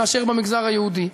מאשר במגזר היהודי.